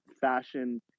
fashion